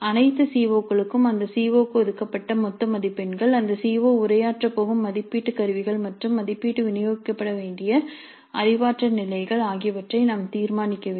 அனைத்து C O களுக்கும் அந்த சி ஓ க்கு ஒதுக்கப்பட்ட மொத்த மதிப்பெண்கள் அந்த சி ஓ உரையாற்றப் போகும் மதிப்பீட்டு கருவிகள் மற்றும் மதிப்பீடு விநியோகிக்கப்பட வேண்டிய அறிவாற்றல் நிலைகள் ஆகியவற்றை நாம் தீர்மானிக்க வேண்டும்